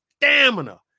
stamina